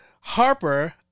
Harper